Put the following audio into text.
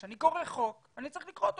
כשאני קורא חוק אני צריך לקרוא אותו